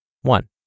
One